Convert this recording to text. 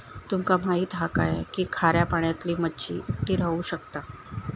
तुमका माहित हा काय की खाऱ्या पाण्यातली मच्छी एकटी राहू शकता